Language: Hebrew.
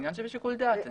זה עניין שבשיקול דעת.